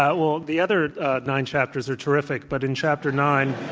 yeah well, the other nine chapters are terrific, but in chapter nine